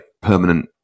permanent